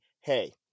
hey